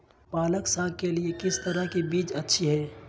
पालक साग के लिए किस तरह के बीज अच्छी है?